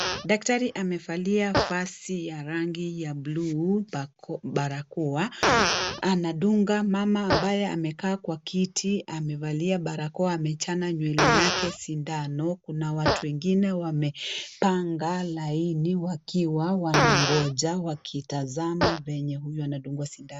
Daktari amevalia vazi ya rangi ya buluu, barakoa. Anadunga mama ambaye amekaa kwa kiti, amevalia barakoa, amechana nywele yake sindano. Kuna watu wengine wamepanga laini wakiwa wanangoja wakitazama venye huyu anadungwa sindano.